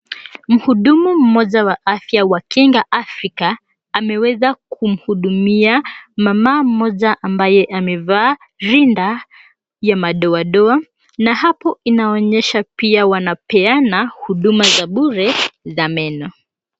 Mhudumu mmoja wa afya wa kinga Afrika ameweza kumhudumia mama mmoja ambaye amevaa rinda ya madoadoa na hapo inaonyesha pia wanapeana huduma za bure za meno.